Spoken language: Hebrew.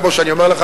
כפי שאני אומר לך,